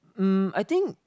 um I think